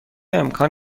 امکان